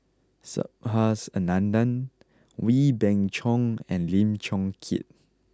Subhas Anandan Wee Beng Chong and Lim Chong Keat